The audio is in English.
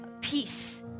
peace